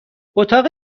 اتاق